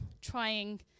trying